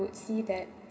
would see that